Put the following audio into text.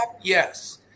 yes